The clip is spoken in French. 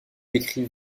décrit